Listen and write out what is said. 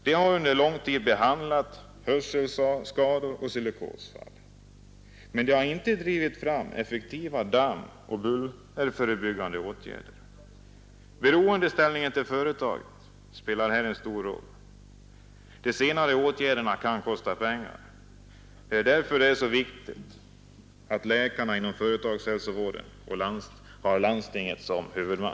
De har under lång tid behandlat hörselskador och silikosfall men har inte drivit fram effektiva dammoch bullerförebyggande åtgärder. Beroendeställningen till företaget spelar här stor roll — de nämnda åtgärderna kan kosta pengar. Det är därför det är så viktigt att läkarna inom företagshälsovården har landstinget som huvudman.